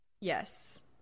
Yes